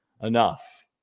enough